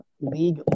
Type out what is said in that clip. league